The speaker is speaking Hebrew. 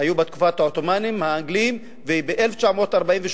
בתקופת העות'מאנים, האנגלים, וב-1948,